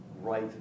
right